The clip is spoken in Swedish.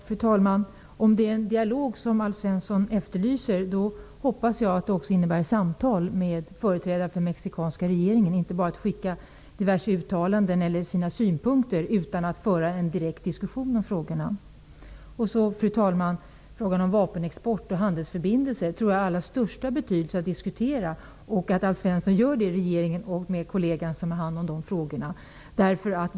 Fru talman! Om det är en dialog som Alf Svensson efterlyser hoppas jag att det också innebär samtal med företrädare för den mexikanska regeringen och inte att man bara skickar diverse uttalanden eller synpunkter utan att föra en direkt diskussion om frågorna. Fru talman! Jag tror att det har den allra största betydelse att man diskuterar frågan om vapenexport och handelsförbindelser. Det är betydelsefullt att Alf Svensson gör det i regeringen och att han gör det med den kollega som har hand om de frågorna.